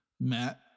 Matt